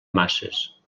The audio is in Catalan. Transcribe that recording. masses